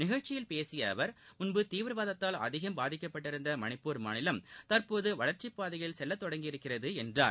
நிகழ்ச்சியில் பேசிய அவர் முன்பு தீவிரவாதத்தால் அதிகம் பாதிக்கப்பட்டிருந்த மணிப்பூர் மாநிலம் தற்போது வளர்ச்சிப் பாதையில் செல்ல தொடங்கியிருக்கிறது என்றார்